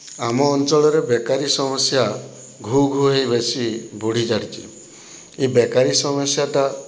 ଆମ ଅଞ୍ଚଳରେ ବେକାରୀ ସମସ୍ୟା ଘୋ ଘୋ ହୋଇ ବେଶୀ ବଢ଼ି ଚାଲିଛି ଏ ବେକାରୀ ସମସ୍ୟାଟା